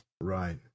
Right